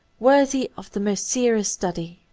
worthy of the most serious study.